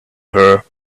her